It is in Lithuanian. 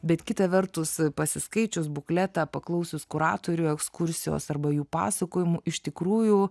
bet kita vertus pasiskaičius bukletą paklausius kuratorių ekskursijos arba jų pasakojimų iš tikrųjų